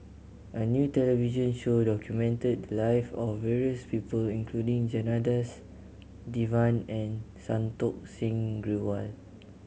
a new television show documented the live of various people including Janadas Devan and Santokh Singh Grewal